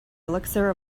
elixir